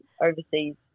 overseas